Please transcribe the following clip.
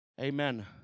Amen